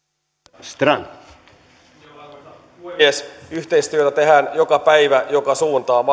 arvoisa puhemies yhteistyötä tehdään joka päivä joka suuntaan